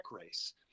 race